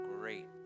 great